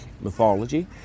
mythology